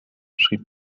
schrieb